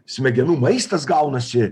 smegenų maistas gaunasi